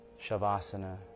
Shavasana